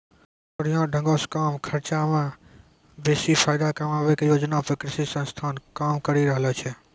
बढ़िया ढंगो से कम खर्चा मे बेसी फायदा कमाबै के योजना पे कृषि संस्थान काम करि रहलो छै